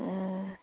অঁ